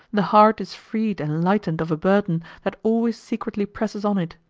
the heart is freed and lightened of a burden that always secretly presses on it,